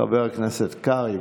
חבר הכנסת קרעי,